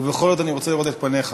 ובכל זאת אני רוצה לראות את פניך.